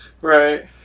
Right